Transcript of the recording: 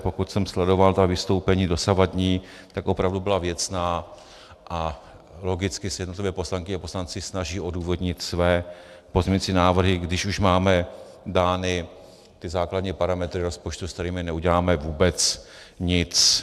Pokud jsem sledoval ta vystoupení dosavadní, tak opravdu byla věcná a logicky se jednotlivé poslankyně a poslanci snaží odůvodnit své pozměňující návrhy, když už máme dány ty základní parametry rozpočtu, se kterými neuděláme vůbec nic.